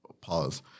Pause